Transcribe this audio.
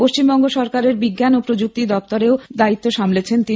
পশ্চিমবঙ্গ সরকারের বিজ্ঞান ও প্রযুক্তি দপ্তরের সচিবের দায়িত্ব সামলেছেন তিনি